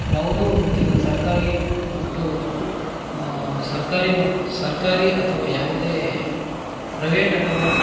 ಯಾವುದೇ ಒಂದು ಉದ್ಯೋಗ ಸರ್ಕಾರಿ ಮತ್ತು ಸರ್ಕಾರಿ ಮತ್ತು ಸರ್ಕಾರಿ ಅಥವಾ ಯಾವುದೇ ಪ್ರೈವೇಟ್ ಅಥವಾ